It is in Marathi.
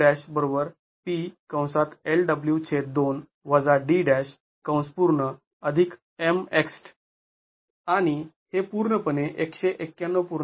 आणि हे पूर्णपणे १९१